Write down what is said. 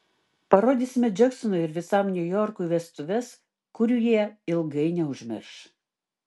parodysime džeksonui ir visam niujorkui vestuves kurių jie ilgai neužmirš